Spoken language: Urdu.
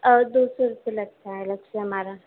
اور دو سو روپے لگتا ہے الگ سے ہمارا